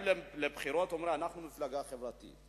אני ואותו אדם בעל הון בעשירון העליון,